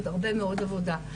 זאת הרבה מאוד עבודה.